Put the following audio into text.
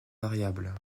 variable